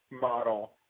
model